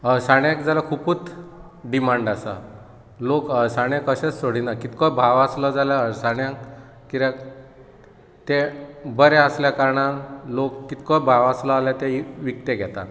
अळसाण्याक जाल्यार खुबूच डिमांड आसा लोक अळसाणे कशेंच सोडिना कितकोय भाव आसलो जाल्यार अळसाण्याक कित्याक तें बरें आसल्या कारणान लोक कितकोय भाव आसलो जाल्यार तें विकते घेतात